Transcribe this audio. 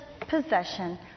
possession